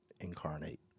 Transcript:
incarnate